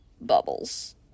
bubbles